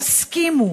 תסכימו.